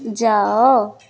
ଯାଅ